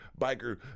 biker